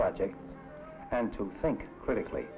project and to think critically